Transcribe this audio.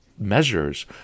measures